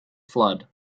flood